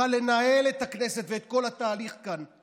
יכול היה לנהל את הכנסת ואת כל התהליך כאן,